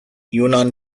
yunnan